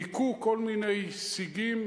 ניכו כל מיני סיגים